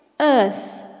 earth